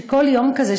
שכל יום כזה,